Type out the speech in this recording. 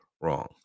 wrong